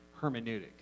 hermeneutic